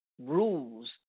rules